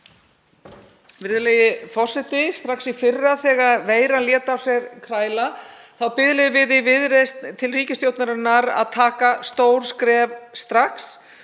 Virðulegi forseti. Strax í fyrra þegar veiran lét á sér kræla biðluðum við í Viðreisn til ríkisstjórnarinnar að taka stór skref strax.